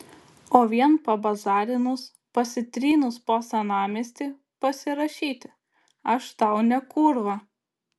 o vien pabazarinus pasitrynus po senamiestį pasirašyti aš tau ne kūrva